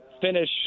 finish